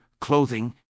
clothing